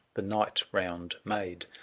the night-round made,